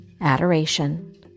Adoration